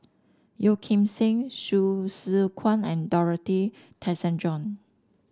Yeo Kim Seng Hsu Tse Kwang and Dorothy Tessensohn